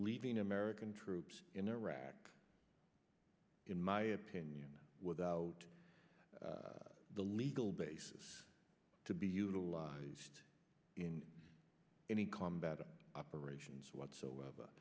leaving american troops in iraq in my opinion without the legal basis to be utilized in any combat operations whatsoever